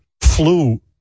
flew